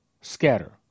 scatter